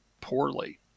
poorly